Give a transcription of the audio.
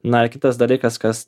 na ir kitas dalykas kas